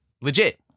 Legit